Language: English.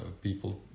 people